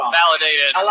validated